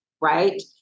right